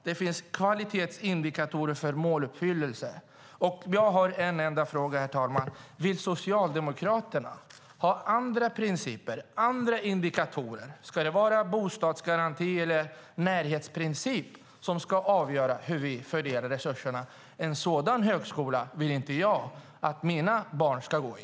Det finns kvalitetsindikatorer för måluppfyllelse. Jag har en fråga, herr talman: Vill Socialdemokraterna ha andra principer och andra indikatorer? Ska det vara bostadsgarantin eller närhetsprincipen som avgör hur vi fördelar resurserna? En sådan högskola vill inte jag att mina barn ska gå i.